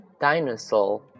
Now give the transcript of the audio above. Dinosaur